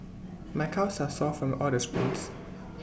my calves are sore from all the sprints